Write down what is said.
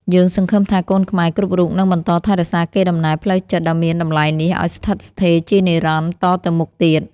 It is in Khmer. យើងសង្ឃឹមថាកូនខ្មែរគ្រប់រូបនឹងបន្តថែរក្សាកេរដំណែលផ្លូវចិត្តដ៏មានតម្លៃនេះឱ្យស្ថិតស្ថេរជានិរន្តរ៍តទៅមុខទៀត។